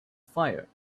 fire